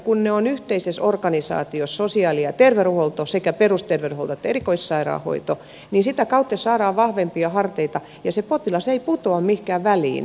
kun on yhteisessä organisaatiossa sosiaali ja terveydenhuolto sekä perusterveydenhuolto että erikoissairaanhoito niin sitä kautta saadaan vahvempia harteita ja se potilas ei putoa mihinkään väliin